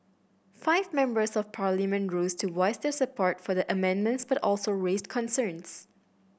five Members of Parliament rose to voice their support for the amendments but also raised concerns